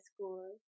school